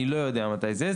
אני לא יודע מתי זה יהיה.